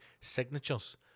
signatures